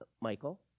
Michael